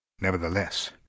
Nevertheless